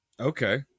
Okay